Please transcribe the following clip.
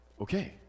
okay